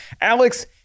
Alex